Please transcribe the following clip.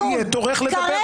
אבל עוד שנייה יהיה תורך לדבר.